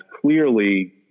clearly